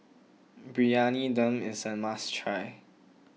Briyani Dum is a must try